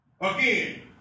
Again